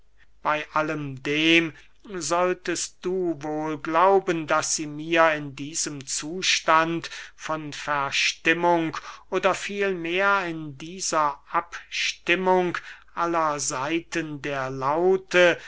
bey allem dem solltest du wohl glauben daß sie mir in diesem zustand von verstimmung oder vielmehr in dieser abstimmung aller saiten der laute